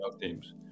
teams